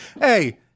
Hey